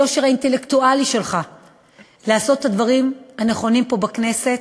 היושר האינטלקטואלי שלך לעשות את הדברים הנכונים פה בכנסת.